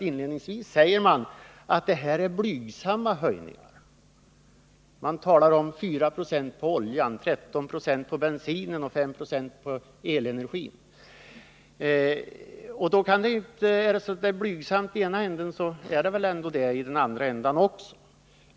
Inledningsvis sägs det att det är bara blygsamma höjningar, och man talar om en fördyring med 4 96 på oljan, med 13 96 på bensinen och med knappt 5 26 på elenergin. Men är det så blygsamt i den ena änden är det väl det också i den andra?